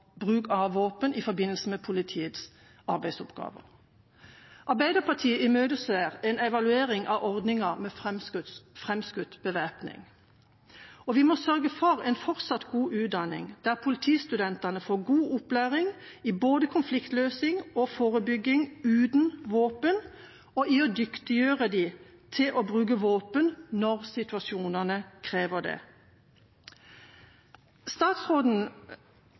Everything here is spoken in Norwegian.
bruk av våpen i forbindelse med politiets arbeidsoppgaver. Arbeiderpartiet imøteser en evaluering av ordninga med framskutt lagring. Vi må sørge for en fortsatt god utdanning, der politistudentene får god opplæring i både konfliktløsning og forebygging uten våpen, og dyktiggjøre dem til å bruke våpen når situasjonen krever det. Statsråden